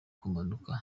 kumanuka